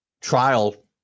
trial